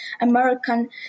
American